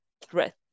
threat